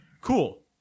cool